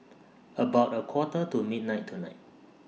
about A Quarter to midnight tonight